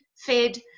fed